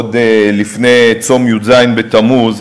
עוד לפני צום י"ז בתמוז,